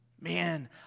Man